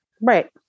Right